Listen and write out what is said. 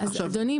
אדוני,